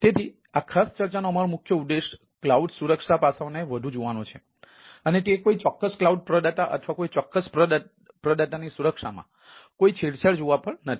તેથી આ ખાસ ચર્ચાનો અમારો મુખ્ય ઉદ્દેશ ક્લાઉડ સુરક્ષા પાસાઓને વધુ જોવાનો છે અને તે કોઈ ચોક્કસ ક્લાઉડ પ્રદાતા અથવા કોઈ ચોક્કસ પ્રદાતાની સુરક્ષામાં કોઈ છેડછાડ જોવા પર નથી